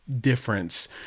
difference